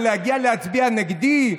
ולהגיע להצביע נגדי.